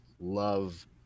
love